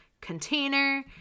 container